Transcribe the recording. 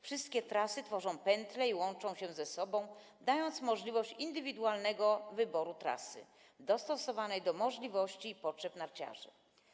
Wszystkie trasy tworzą pętle i łączą się ze sobą, dając możliwość indywidualnego wyboru trasy dostosowanej do możliwości i potrzeb narciarzy.